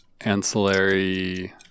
Ancillary